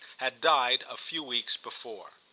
had died a few weeks before.